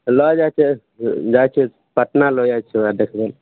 लऽ जाइ छिए जाइ छिए पटना लऽ जाइ छिए ओकरा देखबैलए